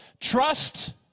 Trust